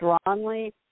strongly